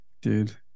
dude